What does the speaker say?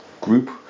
group